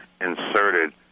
inserted